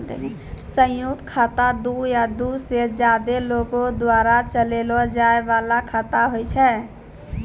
संयुक्त खाता दु या दु से ज्यादे लोगो द्वारा चलैलो जाय बाला खाता होय छै